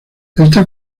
esta